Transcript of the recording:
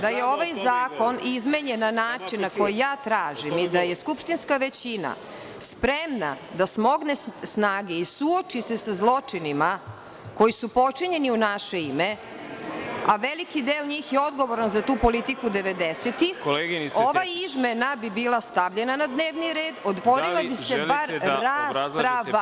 Da je ovaj zakon izmenjen na način na koji ja tražim, da je skupštinska većina spremna da smogne snage i suoči se zločinima koji su počinjeni u naše ime, a veliki deo njih je odogovoran za tu politiku 90-ih, ova izmena bi bila stavljena na dnevni red i vodila bi se rasprava.